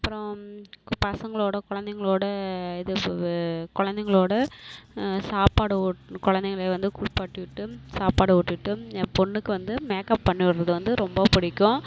அப்பறம் பசங்களோடு குழந்தைங்களோட இது வே குழந்தைங்களோட சாப்பாடு ஊட் குழந்தைங்களுக்கு வந்து குளிப்பாட்டி விட்டு சாப்பாடு ஊட்டிட்டு என் பெண்ணுக்கு வந்து மேக்அப் பண்ணிவிட்றது வந்து ரொம்ப பிடிக்கும்